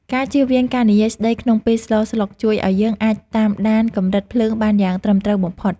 ការជៀសវាងការនិយាយស្តីក្នុងពេលស្លស្លុកជួយឱ្យយើងអាចតាមដានកម្រិតភ្លើងបានយ៉ាងត្រឹមត្រូវបំផុត។